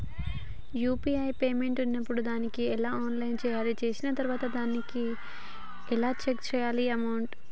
UPI payment ఉన్నప్పుడు దాన్ని ఎలా ఆన్ చేయాలి? చేసిన తర్వాత దాన్ని ఎలా చెక్ చేయాలి అమౌంట్?